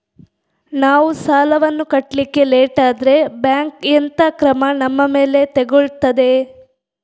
ನಾವು ಸಾಲ ವನ್ನು ಕಟ್ಲಿಕ್ಕೆ ಲೇಟ್ ಆದ್ರೆ ಬ್ಯಾಂಕ್ ಎಂತ ಕ್ರಮ ನಮ್ಮ ಮೇಲೆ ತೆಗೊಳ್ತಾದೆ?